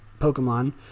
Pokemon